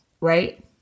right